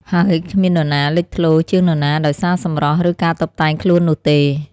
ហើយគ្មាននរណាលេចធ្លោជាងនរណាដោយសារសម្រស់ ឬការតុបតែងខ្លួននោះទេ។